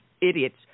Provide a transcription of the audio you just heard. idiots